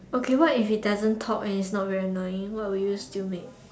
okay what if it doesn't talk and it's not very annoying what would you still make